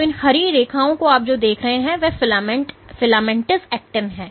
तो इन हरी रेखाओं को आप जो देख रहे हैं वह फिलामेंटस एक्टिन है